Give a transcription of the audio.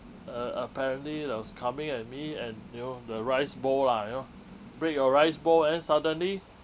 a~ apparently that was coming at me and you know the rice bowl ah you know break your rice bowl and then suddenly